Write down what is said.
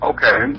Okay